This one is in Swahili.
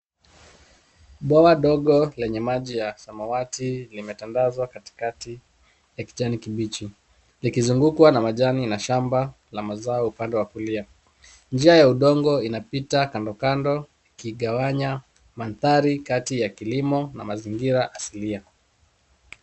Bwawa ndogo lenye maji ya samawati limetandazwa katikati ya kijani kibichi. Likizungukwa na majani na shamba la mazao upande wa kulia. Njia ya udongo inapita kando kando ikigawanya mandhari kati ya kilimo na mazingira asilia.